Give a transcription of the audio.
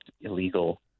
illegal